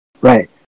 Right